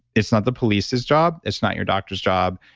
it's not the police's job, it's not your doctor's job,